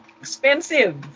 expensive